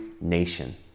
nation